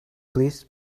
please